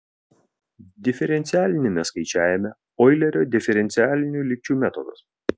diferencialiniame skaičiavime oilerio diferencialinių lygčių metodas